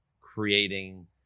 creating